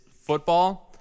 football